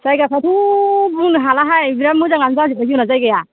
जायगाफ्राथ' बुंनो हालाहाय बिराद मोजाङानो जाजोब्बाय जोंना जायगाया